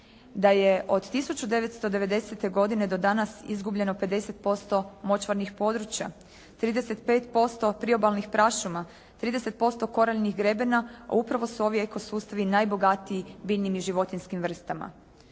Da je od 1990. godine do danas izgubljeno 50% močvarnih područja, 35% priobalnih prašuma, 30% koraljnih grebena, a upravo su ovi eko sustavi najbogatiji biljnim i životinjskim vrstama.